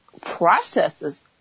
processes